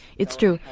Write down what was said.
it's true,